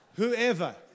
Whoever